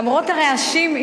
למרות הרעשים.